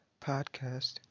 Podcast